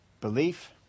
Belief